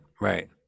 right